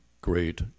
great